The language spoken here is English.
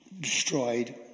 destroyed